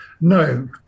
No